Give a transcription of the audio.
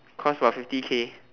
cost about fifty k